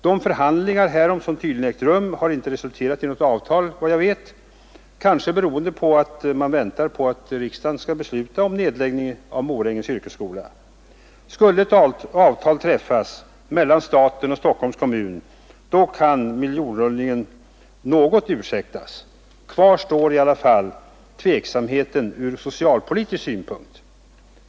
De förhandlingar härom som tydligen ägt rum har inte resulterat i något avtal såvitt jag vet, kanske därför att man väntar på att riksdagen skall besluta om nedläggning av Morängens yrkesskola. Skulle ett avtal träffas mellan staten och Stockholms kommun, kan miljonrullningen något ursäktas. Kvar står i alla fall tveksamheten ur socialpolitisk synpunkt.